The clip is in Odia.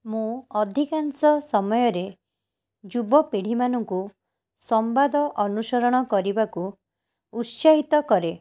ମୁଁ ଅଧିକାଂଶ ସମୟରେ ଯୁବପିଢି଼ ମାନଙ୍କୁ ସମ୍ବାଦ ଅନୁସରଣ କରିବାକୁ ଉତ୍ସାହିତ କରେ